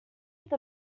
one